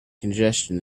congestion